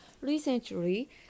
Recently